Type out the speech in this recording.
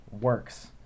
works